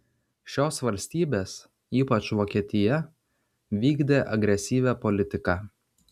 šios valstybės ypač vokietija vykdė agresyvią politiką